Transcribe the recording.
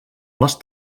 les